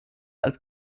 als